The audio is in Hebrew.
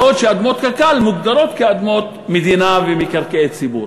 בעוד שאדמות קק"ל מוגדרות כאדמות מדינה ומקרקעי ציבור.